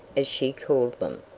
as she called them.